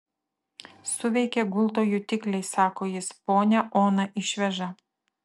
suveikė gulto jutikliai sako jis ponią oną išveža